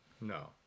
No